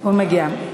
הוא מגיע.